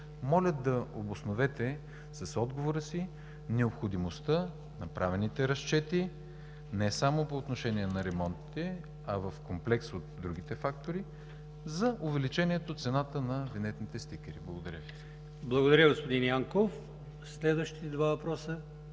Моля да обосновете с отговора си необходимостта от направените разчети не само по отношение на ремонтите, а в комплекс от другите фактори за увеличение цената на винетните стикери. Благодаря Ви. ПРЕДСЕДАТЕЛ АЛИОСМАН ИМАМОВ: Благодаря, господин Янков. Следващите два въпроса?